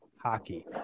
hockey